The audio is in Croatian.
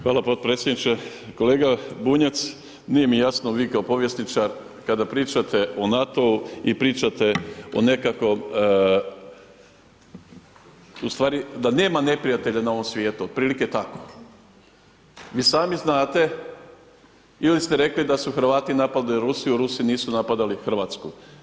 Hvala potpredsjedniče, kolega Bunjac, nije mi jasno vi kao povjesničar, kada pričate o NATO-u i pričate o nekakvom, ustvari da nema neprijatelja na ovom svijetu, otprilike tako, vi sami znate ili ste rekli da su Hrvati napali Rusiju a Rusi nisu napadali Hrvatsku.